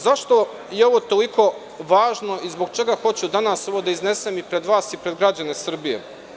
Zašto je ovo toliko važno i zbog čega hoću danas ovo da iznesem i pred vas i pred građane Srbije?